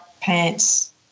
pants